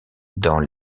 dans